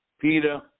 Peter